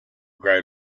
grow